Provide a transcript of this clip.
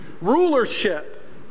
Rulership